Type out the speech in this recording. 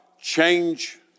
change